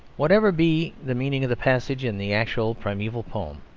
whatever be the meaning of the passage in the actual primeval poem,